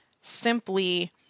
simply